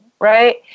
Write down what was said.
right